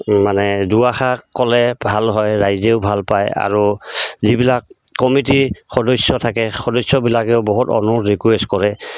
মানে দুআষাৰ ক'লে ভাল হয় ৰাইজেও ভাল পায় আৰু যিবিলাক কমিটিৰ সদস্য থাকে সদস্যবিলাকেও বহুত অনুৰোধ ৰিকুৱেষ্ট কৰে